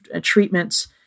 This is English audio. treatments